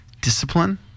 Discipline